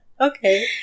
okay